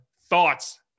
thoughts